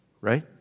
right